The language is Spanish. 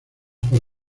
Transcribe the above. por